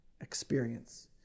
experience